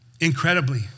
Incredibly